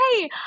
hey